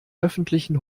öffentlichen